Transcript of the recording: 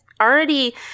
already